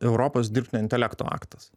europos dirbtinio intelekto aktas